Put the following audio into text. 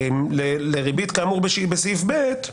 לריבית כאמור בסעיף (ב)